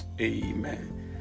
Amen